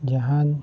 ᱡᱟᱦᱟᱱ